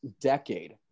decade